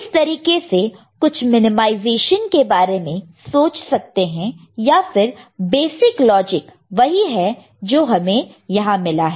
इस तरीके से कुछ मिनिमाइजेशन के बारे में सोच सकते हैं या फिर बेसिक लॉजिक वही है जो हमें यहां मिला है